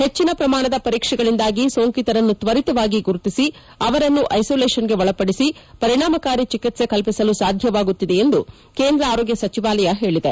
ಹೆಚ್ಚಿನ ಪ್ರಮಾಣದ ಪರೀಕ್ಷೆಗಳಿಂದಾಗಿ ಸೋಂಕಿತರನ್ನು ತ್ವರಿತವಾಗಿ ಗುರುತಿಸಿ ಅವರನ್ನು ಐಸೋಲೇಷನ್ಗೆ ಒಳಪದಿಸಿ ಪರಿಣಾಮಕಾರಿ ಚಿಕಿತ್ಸೆ ಕಲ್ಪಿಸಲು ಸಾಧ್ಯವಾಗುತ್ತಿದೆ ಎಂದು ಕೇಂದ್ರ ಆರೋಗ್ಯ ಸಚಿವಾಲಯ ಹೇಳಿದೆ